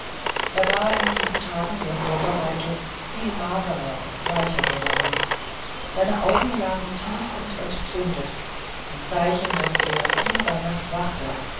er war in diesen tagen der vorbereitung viel magerer und bleicher geworden seine augen lagen tief und entzündet ein zeichen daß er viel bei nacht wachte